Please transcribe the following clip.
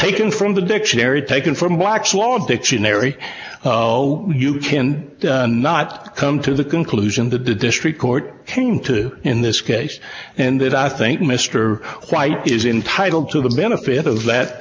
taken from the dictionary taken from watch law and dictionary you can not come to the conclusion that the district court came to in this case and that i think mr white is entitle to the benefit of that